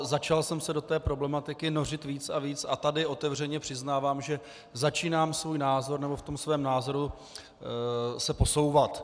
Začal jsem se do té problematiky nořit víc a víc a tady otevřeně přiznávám, že začínám svůj názor, nebo v tom svém názoru se posouvat.